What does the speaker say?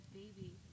baby